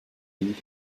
read